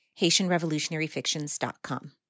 HaitianRevolutionaryFictions.com